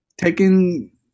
taking